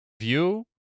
view